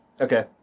Okay